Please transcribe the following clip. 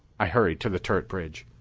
i hurried to the turret bridge.